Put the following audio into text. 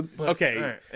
Okay